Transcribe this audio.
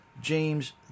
James